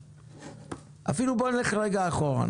בוא נלך רגע אחורה.